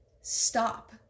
stop